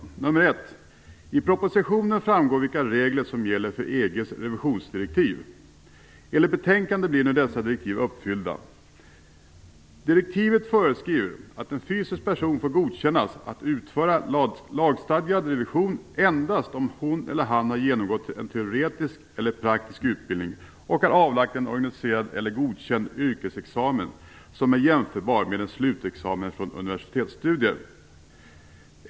För det första framgår i propositionen vilka regler som gäller för EG:s s.k. revisorsdirektiv. Enligt betänkandet blir nu detta direktiv uppfyllt. Direktivet föreskriver att en fysisk person får godkännas att utföra lagstadgad revision endast om hon eller han har genomgått en teoretisk eller praktisk utbildning och avlagt en organiserad eller godkänd yrkesexamen som är jämförbar med en slutexamen från universitetsstudier.